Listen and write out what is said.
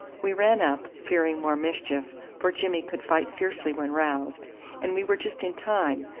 we ran up, fearing more mischief, for jimmy could fight fiercely when roused and we were just in time,